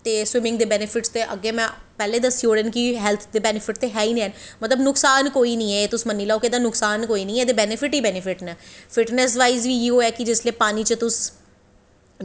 ते एह् बेनीफिट च न अग्गें में पैह्लें दस्सी ओड़े न की हेल्थ दे बेनीफिट ते हे गै न मतलब की नुकसान कोई निं ऐ एह् मन्नी लैओ नुकसान कोई निं ऐ एह्दे बेनीफिट ई बेनीफिट न फिटनेस दा बी इयौ ऐ की जेल्लै पानी च तुस